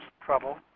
trouble